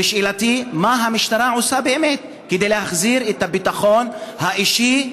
שאלתי: מה המשטרה עושה באמת כדי להחזיר את הביטחון האישי,